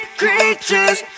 creatures